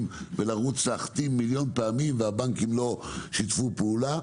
ולרוץ להחתים מיליון פעמים והבנקים לא שיתפו פעולה.